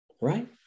Right